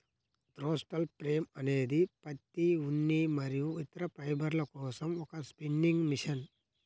throstle frame అనేది పత్తి, ఉన్ని మరియు ఇతర ఫైబర్ల కోసం ఒక స్పిన్నింగ్ మెషిన్